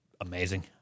amazing